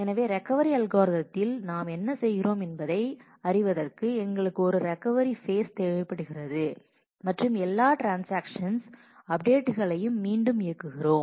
எனவே ரெக்கவரி அல்காரிதத்தில் நாம் என்ன செய்கிறோம் என்பதை அறிவதற்கு எங்களுக்கு ஒரு ரெக்கவரி பேஸ் தேவைப்படுகிறது மற்றும் எல்லா ட்ரான்ஸாக்ஷன்ஸ் அப்டேட்களையும் மீண்டும் இயக்குகிறோம்